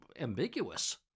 ambiguous